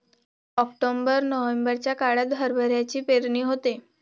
October नोव्हेंबरच्या काळात हरभऱ्याची पेरणी होते